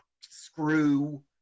screw